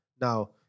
Now